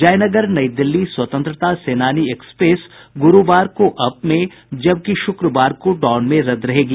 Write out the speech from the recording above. Jaynagar New Delhi Swatantrata Senani express गुरूवार को up में जबकि शुक्रवार को डाउन में रद्द रहेगी